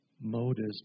motives